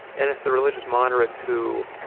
and it's the religious moderates who,